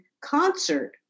concert